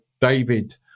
David